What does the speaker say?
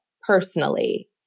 Personally